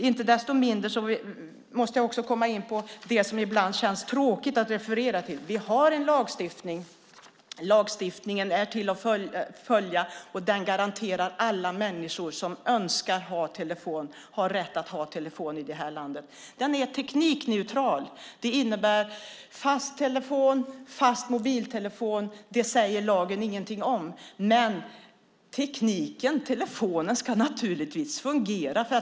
Inte desto mindre måste jag komma in på det som ibland känns tråkigt att referera till. Vi har en lagstiftning. Lagstiftningen är till att följa, och den garanterar att alla människor som önskar ha telefon har rätt att ha telefon i det här landet. Den är teknikneutral. Det innebär fast telefon, fast mobiltelefon. Det säger lagen inget om. Men tekniken och telefonen ska naturligtvis fungera.